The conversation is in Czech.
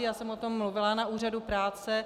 Já jsem o tom mluvila na úřadu práce.